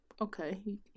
okay